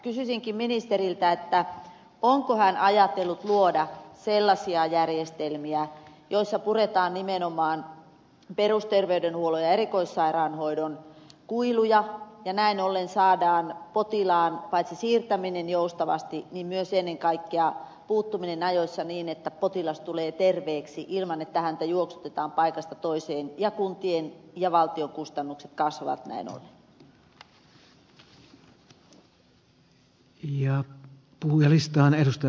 kysyisinkin ministeriltä onko hän ajatellut luoda sellaisia järjestelmiä joissa puretaan nimenomaan perusterveydenhuollon ja erikoissairaanhoidon kuiluja ja näin ollen saadaan paitsi potilaan siirtäminen joustavasti niin myös ennen kaikkea puuttuminen ajoissa niin että potilas tulee terveeksi ilman että häntä juoksutetaan paikasta toiseen ja kuntien ja valtion kustannukset kasvavat näin ollen